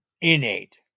innate